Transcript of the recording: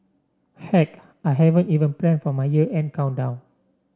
heck I haven't even plan for my year and countdown